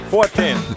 Fourteen